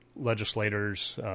legislators